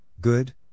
good